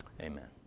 Amen